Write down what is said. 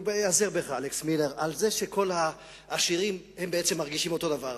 על כך שכל העשירים בעצם מרגישים אותו הדבר,